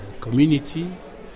communities